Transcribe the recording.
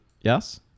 yes